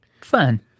Fun